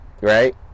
right